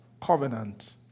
covenant